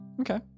Okay